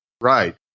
Right